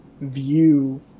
view